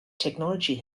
technology